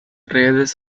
redes